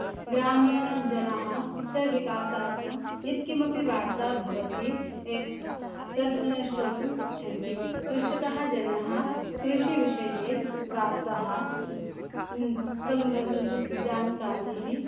ग्रामीणजनाः स्वविकासार्थं यत् किमपि वार्ता भवति तत् श्रोतुम् इच्छन्ति कृषकाः जनाः कृषिविषये वार्ताः सम्बन्धितजानकारि